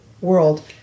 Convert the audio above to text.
world